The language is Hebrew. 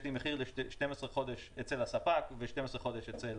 יש לי מחיר ל-12 חודשים אצל הספק ו-12 חודשים אצל